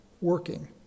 working